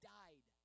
died